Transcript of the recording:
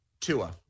Tua